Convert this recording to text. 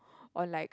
or like